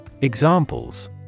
Examples